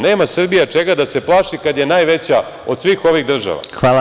Nema Srbija čega da se plaši kad je najveća od svih ovih država.